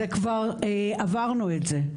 זה כבר עברנו את זה.